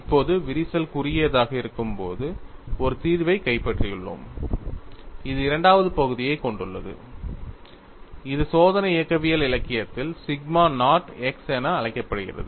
இப்போது விரிசல் குறுகியதாக இருக்கும்போது ஒரு தீர்வைக் கைப்பற்றியுள்ளோம் இது இரண்டாவது பகுதியைக் கொண்டுள்ளது இது சோதனை இயக்கவியல் இலக்கியத்தில் சிக்மா நாட் x என அழைக்கப்படுகிறது